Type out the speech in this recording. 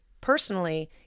personally